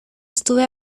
estuve